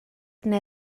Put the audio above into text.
neu